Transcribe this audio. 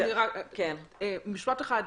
משפט אחד.